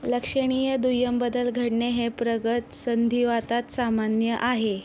लक्षणीय दुय्यम बदल घडणे हे प्रगत संधिवातात सामान्य आहे